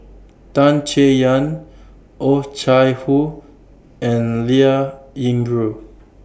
Tan Chay Yan Oh Chai Hoo and Liao Yingru